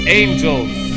angels